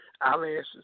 eyelashes